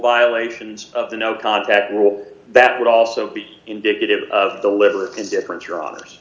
violations of the no contact rule that would also be indicative of the liver in different drawers